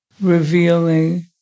revealing